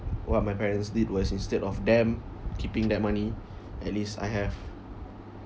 what my parents did was instead of them keeping that money at least I have